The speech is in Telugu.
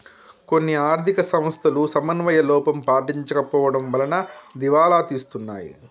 కొన్ని ఆర్ధిక సంస్థలు సమన్వయ లోపం పాటించకపోవడం వలన దివాలా తీస్తున్నాయి